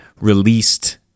released